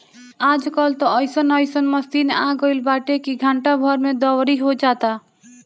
आज कल त अइसन अइसन मशीन आगईल बाटे की घंटा भर में दवरी हो जाता